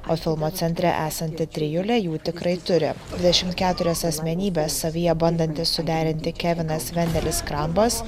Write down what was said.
o filmo centre esanti trijulė jų tikrai turi dvidešimt keturias asmenybes savyje bandantis suderinti kevinas vendelis krambas